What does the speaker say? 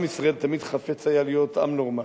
עם ישראל תמיד חפץ היה להיות עם נורמלי,